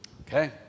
okay